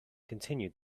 continued